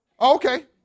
Okay